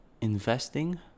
investing